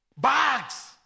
bags